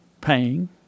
paying